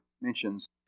mentions